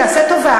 תעשה טובה,